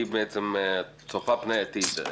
היא בעצם צופה פני העתיד.